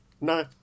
no